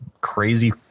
crazy